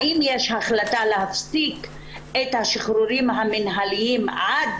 האם יש החלטה להפסיק את השחרורים המינהליים עד